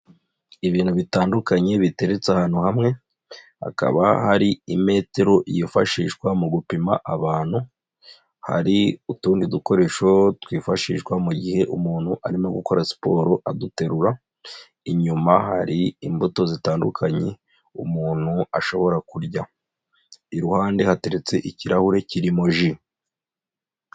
Ibintu bitandukanye biteretse ahantu hamwe, hakaba hari imetero yifashishwa mu gupima abantu, hari utundi dukoresho twifashishwa mu gihe umuntu arimo gukora siporo aduterura, inyuma hari imbuto zitandukanye, umuntu ashobora kurya. Iruhande hateretse ikirahure kirimo ji.